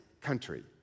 country